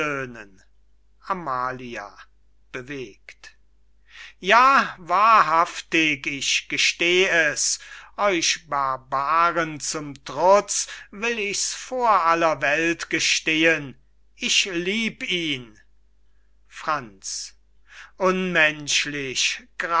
amalia bewegt ja wahrhaftig ich gesteh es euch barbaren zum trutz will ich's vor aller welt gestehen ich lieb ihn franz unmenschlich